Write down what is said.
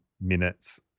minutes